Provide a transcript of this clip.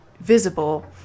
visible